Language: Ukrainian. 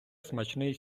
смачний